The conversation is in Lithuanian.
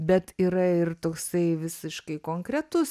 bet yra ir toksai visiškai konkretus